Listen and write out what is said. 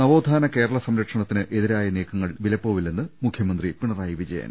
നവോത്ഥാന കേരള സംരക്ഷണത്തിന് എതിരായ നീക്കങ്ങൾ വില പ്പോവില്ലെന്ന് മുഖ്യമന്ത്രി പിണറായി വിജയൻ